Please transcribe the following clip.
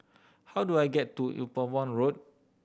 how do I get to Upavon Road